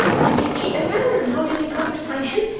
having kit alone, i'll hold him in conversation,